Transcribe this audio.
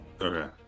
Okay